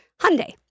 Hyundai